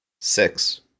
Six